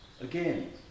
Again